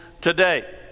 today